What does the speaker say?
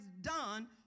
done